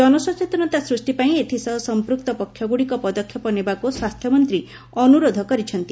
ଜନସଚେତନତା ସୃଷ୍ଟି ପାଇଁ ଏଥିସହ ସଂପୂକ୍ତ ପକ୍ଷଗୁଡ଼ିକ ପଦକ୍ଷେପ ନେବାକୁ ସ୍ୱାସ୍ଥ୍ୟମନ୍ତ୍ରୀ ଅନୁରୋଧ କରିଛନ୍ତି